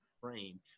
frame